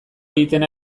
egiten